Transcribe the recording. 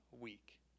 week